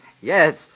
Yes